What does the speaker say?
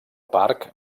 parc